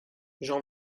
j’en